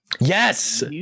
Yes